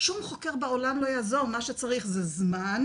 שום חוקר בעולם לא יעזור, מה שצריך זה זמן,